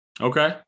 Okay